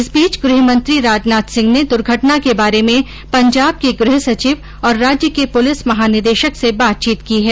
इस बीच गृहमंत्री राजनाथ सिंह ने दुर्घटना के बारे में पंजाब के गृह सचिव और राज्य के पुलिस महानिदेशक से बातचीत की हैं